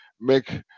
make